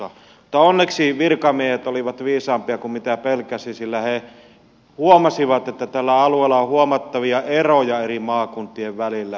mutta onneksi virkamiehet olivat viisaampia kuin pelkäsi sillä he huomasivat että tällä alueella on huomattavia eroja eri maakuntien välillä